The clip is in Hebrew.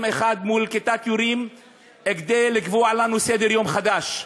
אחד מול כיתת יורים כדי לקבוע לנו סדר-יום חדש.